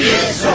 Yes